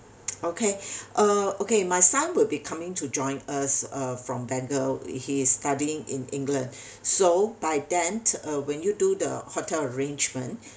okay uh okay my son will be coming to join us uh from bengal he's studying in england so by then uh when you do the hotel arrangement